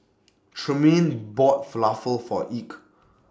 Tremaine bought Falafel For Ike